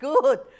good